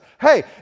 Hey